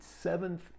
seventh